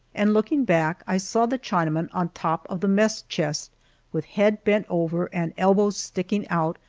and looking back, i saw the chinaman on top of the mess chest with head bent over and elbows sticking out,